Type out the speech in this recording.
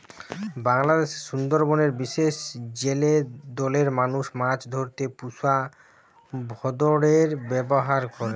বাংলাদেশের সুন্দরবনের বিশেষ জেলে দলের মানুষ মাছ ধরতে পুষা ভোঁদড়ের ব্যাভার করে